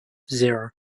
zero